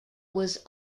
was